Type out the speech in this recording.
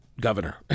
governor